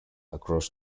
across